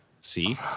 See